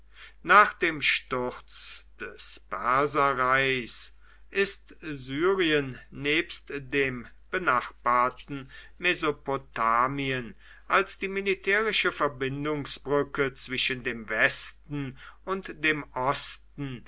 nach dem sturz des perserreichs ist syrien nebst dem benachbarten mesopotamien als die militärische verbindungsbrücke zwischen dem westen und dem osten